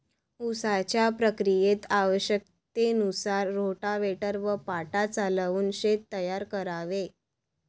उसाच्या प्रक्रियेत आवश्यकतेनुसार रोटाव्हेटर व पाटा चालवून शेत तयार करावे